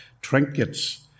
trinkets